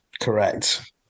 Correct